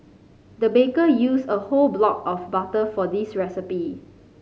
the baker used a whole block of butter for this recipe